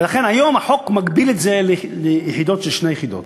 ולכן היום החוק מגביל את זה ליחידות של שתי יחידות,